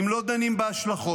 אם לא דנים בהשלכות,